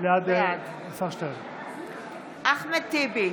בעד אחמד טיבי,